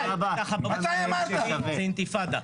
זו אינתיפאדה.